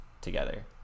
together